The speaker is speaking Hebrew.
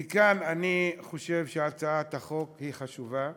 לכן אני חושב שהצעת החוק היא חשובה,